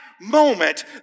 moment